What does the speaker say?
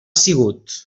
sigut